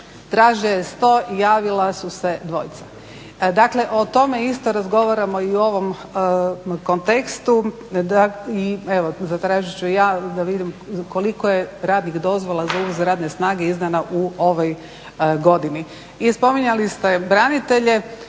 tražio je 100, javila su se 2. Dakle, o tome isto razgovaramo i u ovom kontekstu. I evo zatražit ću i ja da vidim koliko je radnih dozvola za uvoz radne snage izdano u ovoj godini. I spominjali ste branitelje,